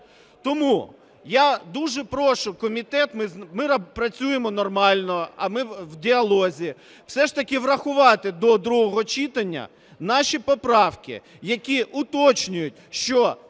Тому я дуже прошу комітет, ми працюємо нормально, ми в діалозі, все ж таки врахувати до другого читання наші поправки, які уточнюють, що